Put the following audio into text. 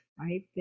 Right